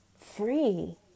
free